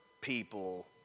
people